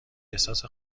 احساس